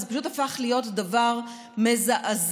זה הפך להיות דבר מזעזע.